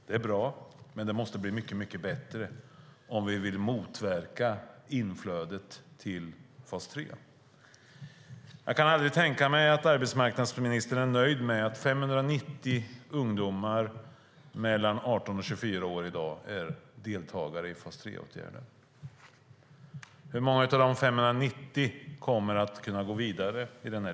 Det är bra, men det måste vara bli mycket bättre om vi vill motverka inflödet till fas 3. Jag kan aldrig tänka mig att arbetsmarknadsministern är nöjd med att 590 ungdomar i åldern 18-24 år i dag är deltagare i fas 3-åtgärder. Hur många av de 590 kommer att kunna gå vidare?